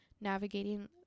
navigating